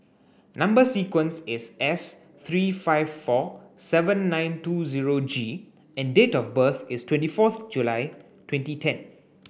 Number sequence is S three five four seven nine two zero G and date of birth is twenty fourth July twenty ten